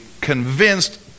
convinced